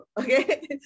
Okay